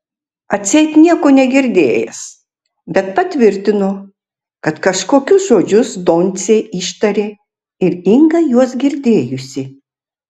atseit nieko negirdėjęs bet patvirtino kad kažkokius žodžius doncė ištarė ir inga juos girdėjusi